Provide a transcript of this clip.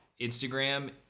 Instagram